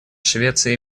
швеция